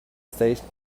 station